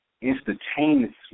instantaneously